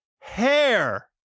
hair